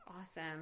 awesome